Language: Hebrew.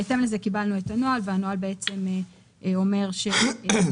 בהתאם לזה קיבלנו את הנוהל והנוהל בעצם אומר שחברי